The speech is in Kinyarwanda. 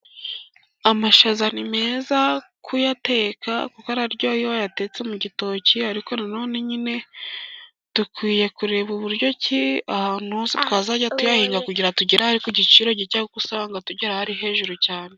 Amashaza ni meza kuyateka kuko araryoha iyo wayatetse mu gitoki. Ariko nanone nyine dukwiye kureba uburyo ki ahantu hose twazajya tuyahinga kugira atugereho ari ku giciro gito, kuko usanga atugeraho ari hejuru cyane.